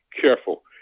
careful